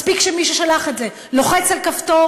מספיק שמי ששלח את זה לוחץ על כפתור